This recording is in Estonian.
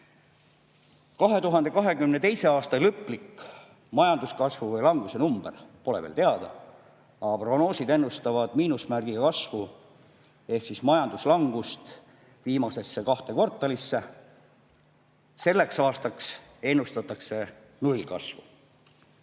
2022. aasta lõplik majanduskasvu või -languse number pole veel teada, aga prognoosid ennustavad miinusmärgiga kasvu ehk majanduslangust viimasesse kahte kvartalisse. Selleks aastaks ennustatakse nullkasvu.